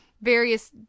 Various